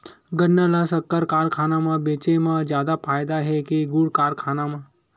गन्ना ल शक्कर कारखाना म बेचे म जादा फ़ायदा हे के गुण कारखाना म?